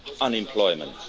unemployment